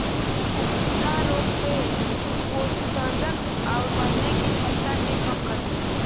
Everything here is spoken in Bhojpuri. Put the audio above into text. उकठा रोग से वाष्पोत्सर्जन आउर बढ़ने की छमता के कम कर देला